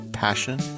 Passion